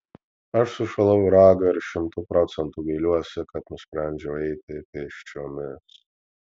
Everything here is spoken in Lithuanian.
aš sušalau į ragą ir šimtu procentų gailiuosi kad nusprendžiau eiti pėsčiomis